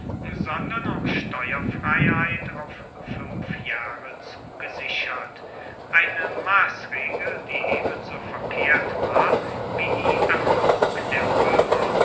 sondern auch steuerfreiheit auf fünf jahre zugesichert eine maßregel die ebenso verkehrt war wie die ermordung der römer